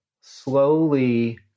Slowly